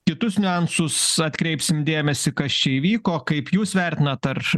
kitus niuansus atkreipsim dėmesį kas čia įvyko kaip jūs vertinat ar